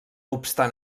obstant